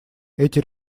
эти